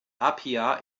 apia